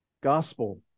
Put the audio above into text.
gospel